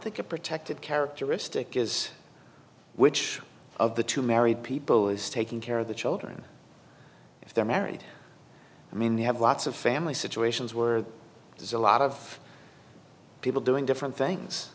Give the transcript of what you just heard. a protected characteristic is which of the two married people is taking care of the children if they're married i mean we have lots of family situations where there's a lot of people doing different things